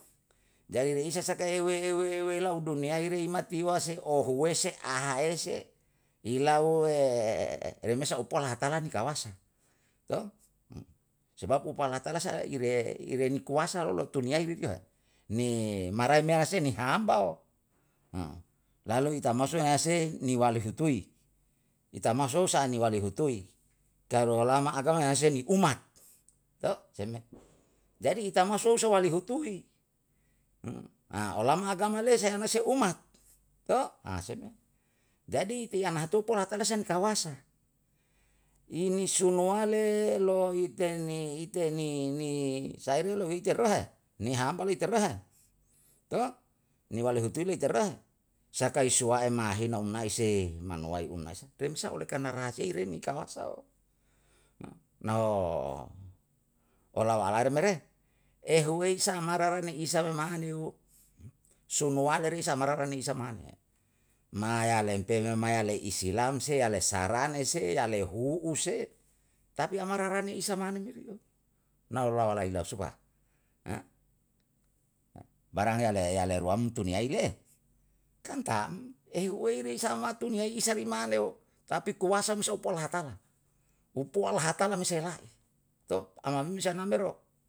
Jadi reisa saka euwe euwe euwa lau duniai re imati wase, ohuwese, ahaese, ilau remesa upua lahatala ni kawasa to? sebab upu lahatala ire ire ni kuasa lo lou duniyai re keu he, ni marai me anase um hambao lalu itamaso ne yanase ni waluhutui. itamasu osa'ani waluhutui, karo olama akang neyase ni ummat, to? Se me. jadi itamasu sou walihutui, olama agama le seana se ummat, to? Jadi tiye ana haupu lahatala sa ni kawasa. Inisunuwale, lo ite ni ite ni ni saire lohite lo he ni hamba lohite rohe to, ni waluhutui liter rohe, saka isu wa em mahina um naise manuwai umrisa, ren sa oleh karna rahasia ier ni kawasao. No olawalari me re, uhuei sama rara ne isa pemanio, sounualer isa marara ni isa mane, ma yalempe memai islam se yale sarane se yale hu'hu se, tapi ama rarani isa mane. Nau lawalai lau supa, barang yale yale ruam tuniyai le? Kan tam. ehu eirisa ma tuniyai isa ri maneo, tapi kuasa umsopo lahatan upua lahatala me se lan, to? Amanusa nam mero